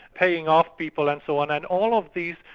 paying off people and so on, and all these,